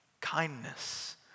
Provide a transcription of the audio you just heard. kindness